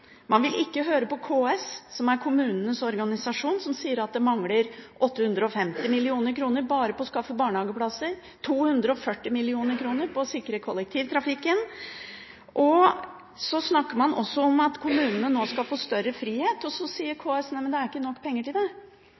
Man vil ikke høre på KS, som er kommunenes organisasjon, som sier at de mangler 850 mill. kr bare på å skaffe barnehageplasser og 240 mill. kr på å sikre kollektivtrafikken. Så snakker man også om at kommunene nå skal få større frihet, og så sier KS: Men det er ikke nok penger til det.